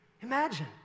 imagine